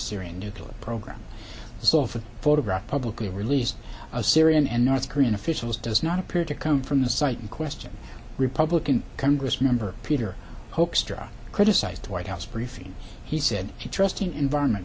syrian nuclear program itself a photograph publicly released a syrian and north korean officials does not appear to come from the site in question republican congress member peter hoekstra criticized the white house briefing he said he trusting environment